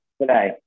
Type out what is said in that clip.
today